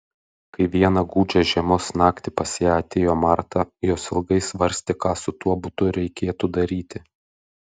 kai vieną gūdžią žiemos naktį pas ją atėjo marta jos ilgai svarstė ką su tuo butu reikėtų daryti